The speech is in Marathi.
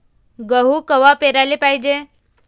गहू कवा पेराले पायजे?